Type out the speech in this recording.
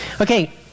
Okay